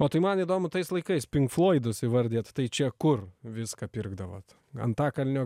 o tai man įdomu tais laikais pink floidus įvardijat tai čia kur viską pirkdavot antakalnio